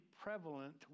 prevalent